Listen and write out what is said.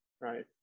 right